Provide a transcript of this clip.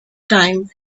time